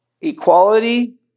equality